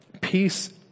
Peace